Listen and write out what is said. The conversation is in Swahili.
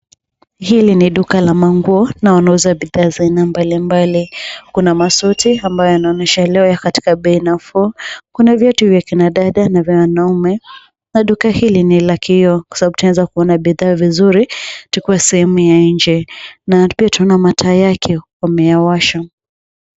Hili ni duka la manguo na wanauza bidhaa za aina mbalimbali. Kuna masuti ambayo yanaonesha bei nafuu . Kuna viatu vya kina dada na vya wanaume na duka hili ni la kioo kwa sababu tunaweza kuona bidhaa vizuri tukiwa sehemu ya nje na pia tunaona mataa yake wamewasha.